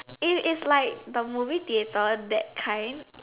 and its like the movie theater that kind